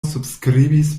subskribis